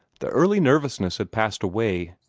the early nervousness had passed away.